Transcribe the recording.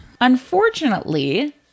Unfortunately